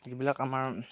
যিবিলাক আমাৰ